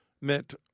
meant